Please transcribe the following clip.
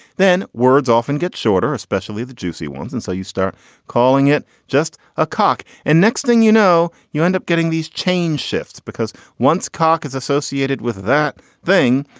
then words often get shorter, especially the juicy ones. and so you start calling it just a cock, and next thing you know, you end up getting these change shifts because once cock is associated with that thing,